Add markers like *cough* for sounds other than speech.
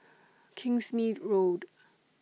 *noise* Kingsmead Road *noise*